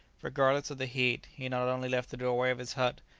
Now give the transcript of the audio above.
regardless of the heat he not only left the doorway of his hut,